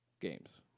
games